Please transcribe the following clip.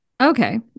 Okay